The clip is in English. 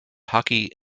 hockey